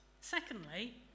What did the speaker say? secondly